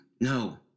No